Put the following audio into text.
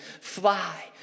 fly